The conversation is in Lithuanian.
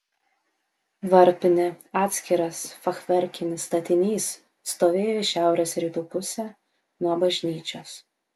varpinė atskiras fachverkinis statinys stovėjo į šiaurės rytų pusę nuo bažnyčios